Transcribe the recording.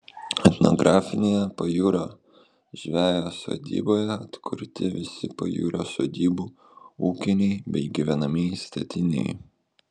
etnografinėje pajūrio žvejo sodyboje atkurti visi pajūrio sodybų ūkiniai bei gyvenamieji statiniai